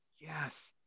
yes